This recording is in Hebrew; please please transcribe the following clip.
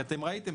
ואתם ראיתם,